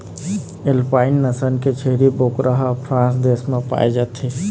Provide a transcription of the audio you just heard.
alpine नसल के छेरी बोकरा ह फ्रांस देश म पाए जाथे